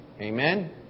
Amen